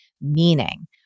Meaning